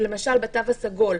למשל בתו הסגול,